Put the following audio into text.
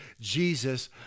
Jesus